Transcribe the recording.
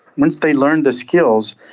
once they learn the skills,